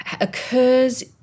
occurs